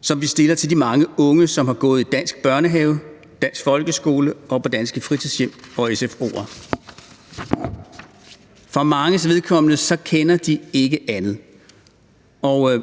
som vi viser de mange unge, som har gået i dansk børnehave, i dansk folkeskole og på danske fritidshjem og sfo'er. For manges vedkommende kender de ikke andet, og